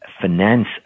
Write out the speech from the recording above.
finance